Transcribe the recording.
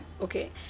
Okay